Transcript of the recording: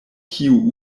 kiu